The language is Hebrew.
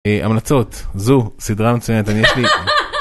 המלצות זו סדרה מצוינת.